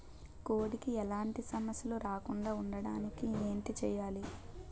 కోడి కి ఎలాంటి సమస్యలు రాకుండ ఉండడానికి ఏంటి చెయాలి?